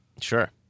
Sure